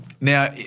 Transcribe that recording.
Now